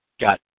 got